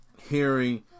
hearing